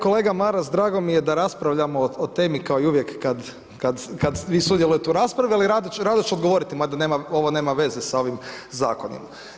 Kolega Maras drago mi je da raspravljamo o temi, kao i uvijek, kad vi sudjelujete o raspravi, ali rado ću odgovoriti mada ovo nema veze s ovim zakonom.